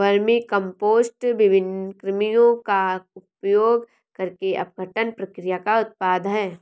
vermicompost विभिन्न कृमियों का उपयोग करके अपघटन प्रक्रिया का उत्पाद है